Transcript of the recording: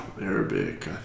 Arabic